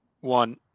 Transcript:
one